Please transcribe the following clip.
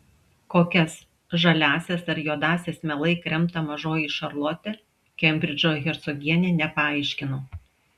kokias žaliąsias ar juodąsias mielai kremta mažoji šarlotė kembridžo hercogienė nepaaiškino